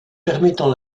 permettant